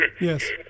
Yes